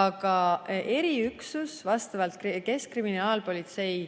Aga eriüksus on vastavalt keskkriminaalpolitsei